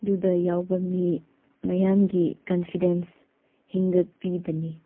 ꯗꯨꯗ ꯌꯥꯎꯕ ꯃꯤ ꯃꯌꯥꯝꯒꯤ ꯀꯟꯐꯤꯗꯦꯟꯁ ꯍꯦꯟꯒꯠꯄꯤꯕꯅꯤ